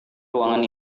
ruangan